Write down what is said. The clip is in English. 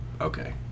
Okay